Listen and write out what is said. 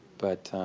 but